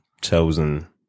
chosen